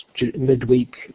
midweek